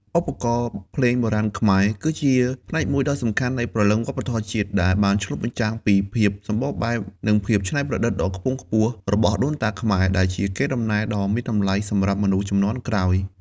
ឧបករណ៍ភ្លេងបុរាណខ្មែរ គឺជាផ្នែកមួយដ៏សំខាន់នៃព្រលឹងវប្បធម៌ជាតិ ដែលបានឆ្លុះបញ្ចាំងពីភាពសម្បូរបែប និងភាពច្នៃប្រឌិតដ៏ខ្ពង់ខ្ពស់របស់ដូនតាខ្មែរ ដែលជាកេរដំណែលដ៏មានតម្លៃសម្រាប់មនុស្សជំនាន់ក្រោយ។